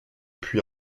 puis